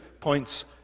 points